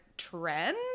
trend